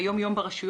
ביום יום ברשויות,